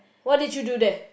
what did you do there